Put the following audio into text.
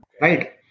right